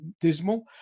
dismal